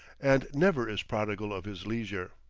and never is prodigal of his leisure.